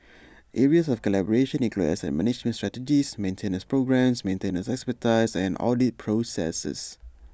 areas of collaboration include asset management strategies maintenance programmes maintenance expertise and audit processes